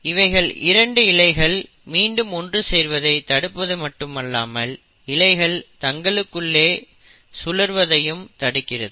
இவைகள் 2 இழைகள் மீண்டும் ஒன்று சேர்வதை தடுப்பது மட்டுமல்லாமல் இழைகள் தங்களுக்குள்ளே சுருள்வதையும் தடுக்கிறது